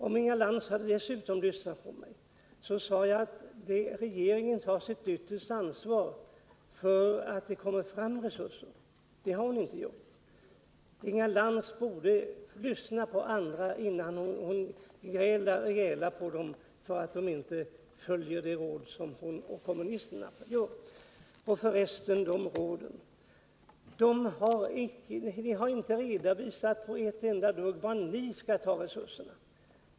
Om Inga Lantz hade lyssnat på mig, hade hon dessutom hört att jag sade att regeringen har det yttersta ansvaret för att det kommer fram resurser. Men det hörde hon tydligen inte. Inga Lantz borde lyssna på andra, innan hon grälar på dem för att de inte följer de råd som hon och kommunisterna ger. Förresten har kommunisterna i samband med dessa råd inte redovisat var de skall ta resurserna.